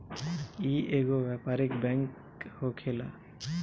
इ एगो व्यापारिक बैंक होखेला